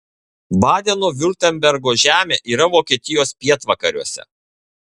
badeno viurtembergo žemė yra vokietijos pietvakariuose